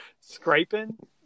scraping